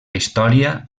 història